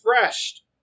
refreshed